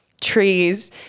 trees